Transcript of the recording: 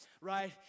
Right